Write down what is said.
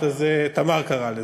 אז לא את, אז תמר קראה לזה.